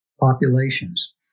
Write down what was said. populations